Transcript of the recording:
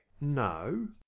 no